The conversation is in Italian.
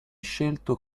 scelto